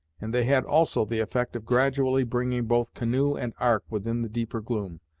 and they had also the effect of gradually bringing both canoe and ark within the deeper gloom,